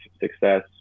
success